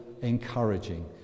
encouraging